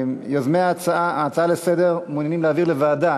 שיוזמי ההצעה לסדר-היום מעוניינים להעביר לוועדה,